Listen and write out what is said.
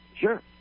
Sure